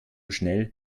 schnell